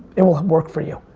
it will work for you.